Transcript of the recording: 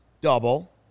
double